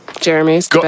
Jeremy's